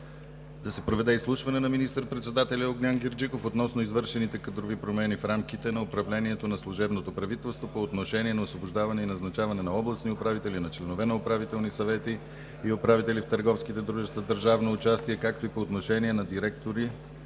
да се проведе изслушване на министър-председателя Огнян Герджиков относно извършените кадрови промени в рамките на управлението на служебното правителство по отношение на освобождаване и назначаване на областни управители, на членове на управителни съвети и управители в търговските дружества с държавно участие, както и по отношение на директори